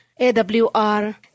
AWR